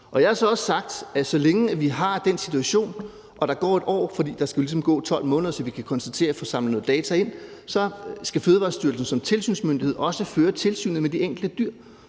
Jeg har så også sagt, at så længe vi har den situation – og der går 1 år, for der skal ligesom gå 12 måneder, så vi kan få samlet noget data ind – skal Fødevarestyrelsen som tilsynsmyndighed også føre tilsyn med de enkelte dyr,